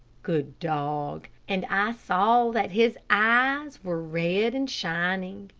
good dog, and i saw that his eyes were red and shining.